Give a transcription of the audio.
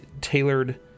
tailored